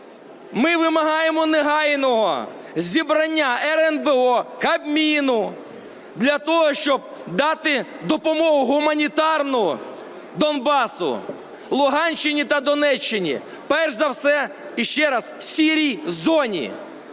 Ми вимагаємо негайного зібрання РНБО, Кабміну для того, щоб дати допомогу гуманітарну Донбасу, Луганщині та Донеччині, перш за все, ще раз, "сірій" зоні: